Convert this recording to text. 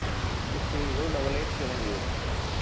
six zero double eight seven zero